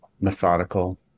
Methodical